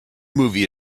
movie